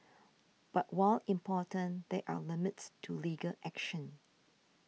but while important there are limits to legal action